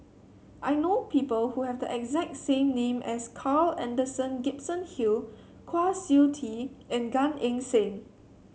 I know people who have the exact same name as Carl Alexander Gibson Hill Kwa Siew Tee and Gan Eng Seng